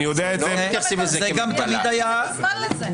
לא מתייחסים לזה כמגבלה.